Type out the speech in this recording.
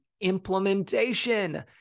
implementation